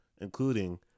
including